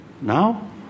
Now